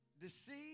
deceive